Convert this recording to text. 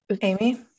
Amy